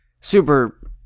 super